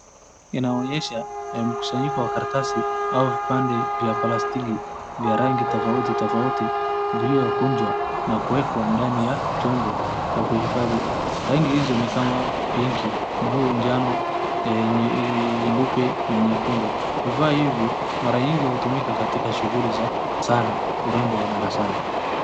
Mkusanyiko wa karatasi au vipande vya plastiki vya rangi tofauti, vilivyokunjwa na kuwekwa ndani ya chombo cha kuhifadhi, rangi hizi ni kama pinki, blue, njano, nyeupe na nyekundu, vifaa hivi mara nyingi hutumika sana katika urembo wa darasa.